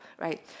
right